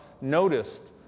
noticed